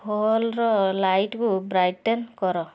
ହଲ୍ର ଲାଇଟ୍କୁ ବ୍ରାଇଟେନ୍ କର